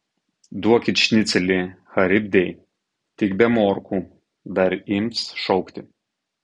duokit šnicelį charibdei tik be morkų dar ims šaukti